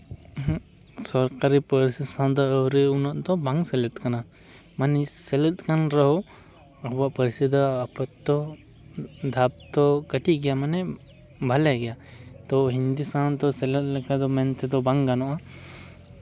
ᱥᱚᱨᱠᱟᱨᱤ ᱯᱟᱹᱨᱥᱤ ᱥᱟᱶ ᱛᱮᱫᱚ ᱟᱹᱣᱨᱤ ᱩᱱᱟᱹᱜ ᱫᱚ ᱵᱟᱝ ᱥᱮᱞᱮᱫ ᱠᱟᱱᱟ ᱢᱟᱱᱮ ᱥᱮᱞᱮᱫ ᱠᱟᱱ ᱨᱮᱦᱚᱸ ᱟᱵᱚᱣᱟᱜ ᱯᱟᱹᱨᱥᱤ ᱫᱚ ᱟᱯᱟᱛᱚᱛᱚ ᱫᱷᱟᱯ ᱫᱚ ᱠᱟᱹᱴᱤᱡ ᱜᱮᱭᱟ ᱢᱟᱱᱮ ᱵᱷᱟᱞᱮ ᱜᱮᱭᱟ ᱛᱳ ᱥᱟᱶ ᱥᱮᱞᱮᱫ ᱞᱮᱠᱷᱟᱱ ᱫᱚ ᱢᱮᱱ ᱛᱮᱫᱚ ᱵᱟᱝ ᱜᱟᱱᱚᱜᱼᱟ